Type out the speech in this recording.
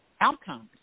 outcomes